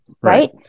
Right